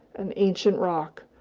an ancient rock,